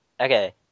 Okay